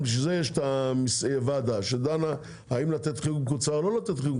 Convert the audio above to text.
יש ועדה שדנה האם לתת חיוג מקוצר או לא.